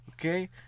okay